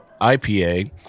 IPA